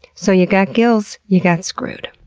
so, ya got gills? ya got screwed.